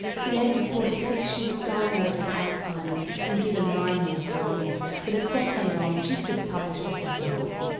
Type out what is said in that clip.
at the age of forty six she was diagnosed with alzheimer's and given nine years to live. but a decade on she's just published her second book.